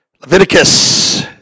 Leviticus